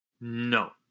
No